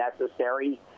necessary